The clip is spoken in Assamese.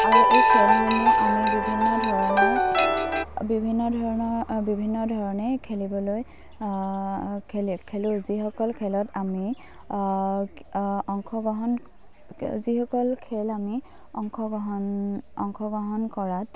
আৰু এই খেলসমূহত আমি বিভিন্ন ধৰণৰ বিভিন্ন ধৰণৰ বিভিন্ন ধৰণে খেলিবলৈ খেলোঁ যিসকল খেলত আমি অংশগ্ৰহণ যিসকল খেল আমি অংশগ্ৰহণ অংশগ্ৰহণ কৰাত